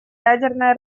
ядерное